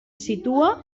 situa